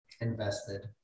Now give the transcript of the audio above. invested